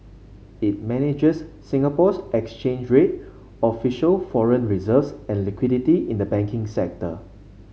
it manages Singapore's exchange rate official foreign reserves and liquidity in the banking sector